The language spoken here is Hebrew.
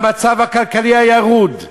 מהמצב הכלכלי הירוד,